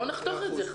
בואו נחתוך את זה.